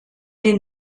den